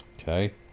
Okay